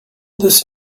this